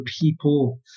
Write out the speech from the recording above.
people